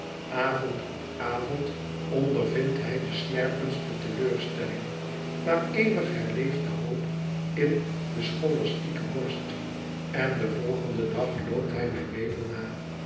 avond op avond ondervindt hij de snerpendste teleurstelling maar eeuwig herleeft de hoop in de scholastieke borst en den volgenden dag loopt hij mij weder na